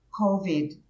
COVID